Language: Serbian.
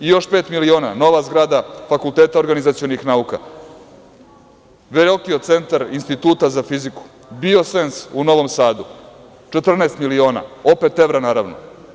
I još pet miliona, nova zgrada Fakulteta organizacionih nauka, „Verokio“ centar Instituta za fiziku, „Biosens“ u Novom Sadu, 14 miliona, opet evra, naravno.